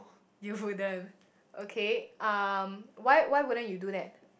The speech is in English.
you wouldn't ok um why why wouldn't you do that